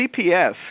CPS